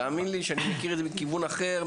תאמין לי שאני מכיר את זה מכיוון אחר,